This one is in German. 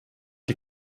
die